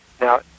Now